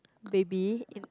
baby in~